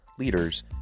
Leaders